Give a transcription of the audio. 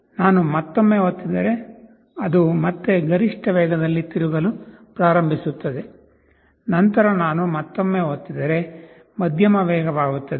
ನಾನು ಮತ್ತೊಮ್ಮೆ ಒತ್ತಿದರೆ ಅದು ಮತ್ತೆ ಗರಿಷ್ಠ ವೇಗದಲ್ಲಿ ತಿರುಗಲು ಪ್ರಾರಂಭಿಸುತ್ತದೆ ನಂತರ ನಾನು ಮತ್ತೊಮ್ಮೆ ಒತ್ತಿದರೆ ಮಧ್ಯಮ ವೇಗವಾಗುತ್ತದೆ